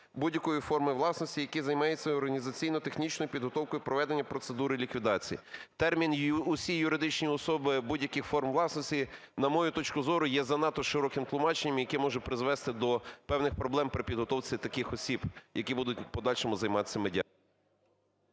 будь-якої форми власності, які займаються організаційно-технічною підготовкою проведення процедури медіації". Термін "усі юридичні особи будь-яких форм власності", на мою точку зору, є занадто широким тлумаченням, яке може призвести до певних проблем при підготовці таких осіб, які будуть у подальшому займатися медіацією.